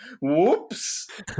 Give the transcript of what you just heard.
whoops